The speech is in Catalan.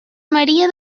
maria